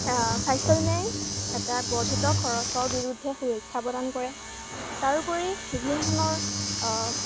স্বাস্থ্য বীমায়ে এটা বৰ্ধিত খৰচৰ বিৰুদ্ধে সুৰক্ষা প্ৰদান কৰে তাৰোপৰি বিভিন্ন ধৰণৰ